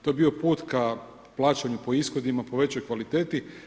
To je bio put ka plaćanju po ishodima, po većoj kvaliteti.